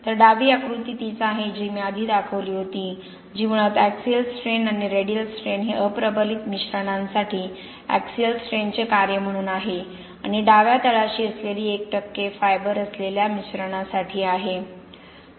तर डावी आकृती तीच आहे जी मी आधी दाखवली होती जी मुळात ऍक्सिअल स्ट्रेन आणि रेडियल स्ट्रेन हे अप्रबलित मिश्रणांसाठी ऍक्सिअल स्ट्रेस चे कार्य म्हणून आहे आणि डाव्या तळाशी असलेली एक 1 फायबर असलेल्या मिश्रणासाठी आहे